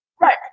Right